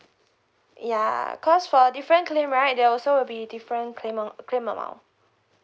ya cause for different claim right they also will be different claim a~ claim amount